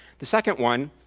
the second one,